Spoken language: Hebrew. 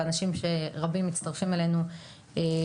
ואנשים רבים שמצטרפים אלינו בזום,